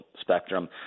spectrum